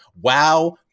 wow